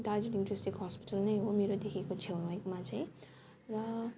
Darjeeling district hospital नै हो मेरोदेखिको छेवैमा चाहिँ र